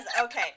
okay